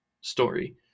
story